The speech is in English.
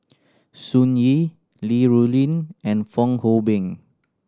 Sun Yee Li Rulin and Fong Hoe Beng